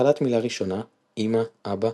התחלת מילה ראשונה - אמא, אבא,